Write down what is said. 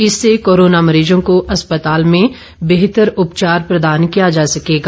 इसे कोरोना मरीजोँ को अस्पताल में बेहतर उपचार प्रदान किया जा सकेगा